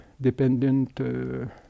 dependent